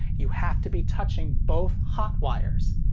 you have to be touching both hot wires.